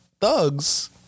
thugs